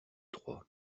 trois